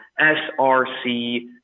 src